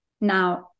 Now